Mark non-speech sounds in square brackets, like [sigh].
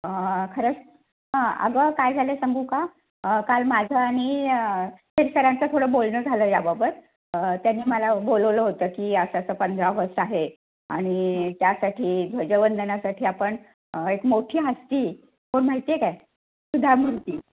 खरंच हां अगं काय झालं सांगू का काल माझं आणि [unintelligible] सरांचं थोडं बोलणं झालं याबाबत त्यांनी मला बोलवलं होतं की असं असं पंधरा ऑगस्ट आहे आणि त्यासाठी ध्वजवंदनासाठी आपण एक मोठी हस्ती कोण माहिती आहे काय सुधा मूर्ती